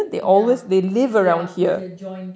ya it's their it's their joint